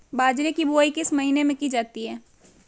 बाजरे की बुवाई किस महीने में की जाती है?